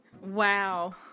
Wow